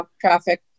traffic